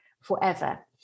forever